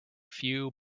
few